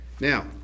Now